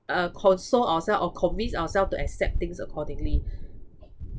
uh console ourselves or convince ourselves to accept things accordingly